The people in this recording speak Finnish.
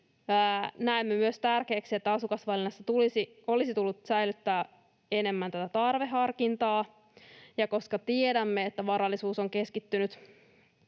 Näemme myös tärkeänä, että asukasvalinnasta olisi tullut säilyttää enemmän tätä tarveharkintaa, ja koska tiedämme, että varallisuus on keskittynyt